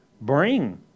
bring